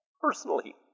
personally